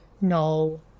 No